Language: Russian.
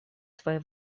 свои